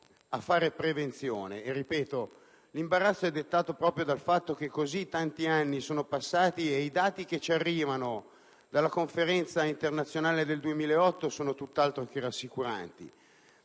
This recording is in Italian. a fare prevenzione. L'imbarazzo è dettato proprio dal fatto che così tanti anni sono passati e i dati che ci arrivano dalla Conferenza internazionale del 2008 sono tutt'altro che rassicuranti.